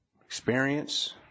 experience